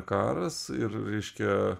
karas ir reiškia